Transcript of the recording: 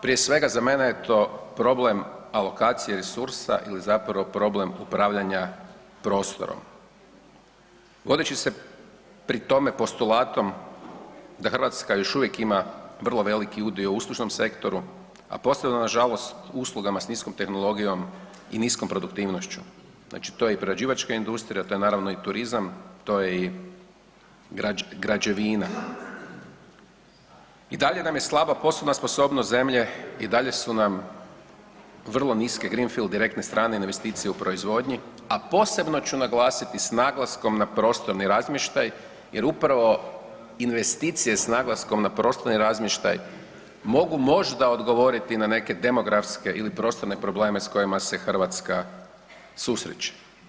Prije svega za mene je to problem alokacije resursa ili zapravo problem upravljanja prostorom vodeći se pri tome postulatom da Hrvatska još uvijek ima vrlo veliki udio u uslužnom sektoru, a posebno nažalost u uslugama s niskom tehnologijom i niskom produktivnošću, znači to je i prerađivačka industrija, to je naravno i turizam, to je i građevina i dalje nam je slaba poslovna sposobnost zemlje i dalje su nam vrlo niske grinfild direktne strane investicije u proizvodnji, a posebno ću naglasiti s naglaskom na prostorni razmještaj jer upravo investicije s naglaskom na prostorni razmještaj mogu možda odgovoriti na neke demografske ili prostorne probleme s kojima se Hrvatska susreće.